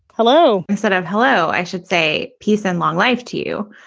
hello. instead of hello, i should say peace and long life to you,